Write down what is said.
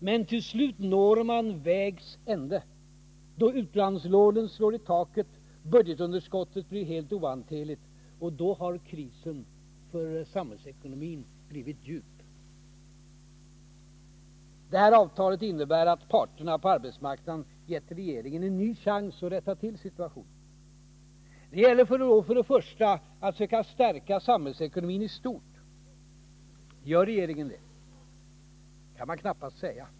Men till slut når man vägs ände, då utlandslånen slår i taket, budgetunderskottet blir ohanterligt. Då har krisen för samhällsekonomin blivit djup. Det här avtalet innebär att parterna på arbetsmarknaden givit regeringen en ny chans att rätta till situationen. Då gäller det först och främst att söka stärka samhällsekonomin i stort. Gör regeringen det? Det kan man knappast säga.